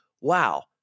wow